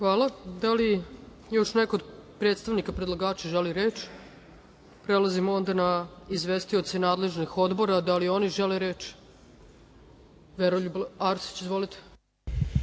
Hvala. Da li još neko od predstavnika predlagača želi reč? (Ne.)Prelazimo onda na izvestioce nadležnih odbora. Da li oni žele reč? Veroljub Arsić ima